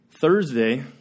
Thursday